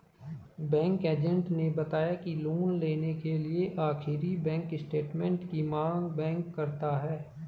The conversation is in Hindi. बैंक एजेंट ने बताया की लोन लेने के लिए आखिरी बैंक स्टेटमेंट की मांग बैंक करता है